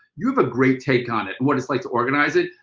you have a great take on it, what it's like to organize it.